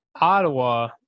Ottawa